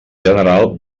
general